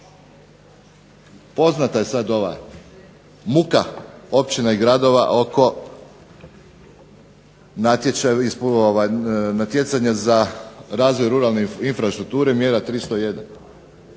Poznata je sada ova muka općina i gradova oko natjecanja za razvoj ruralne infrastrukture mjere 301.